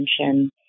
attention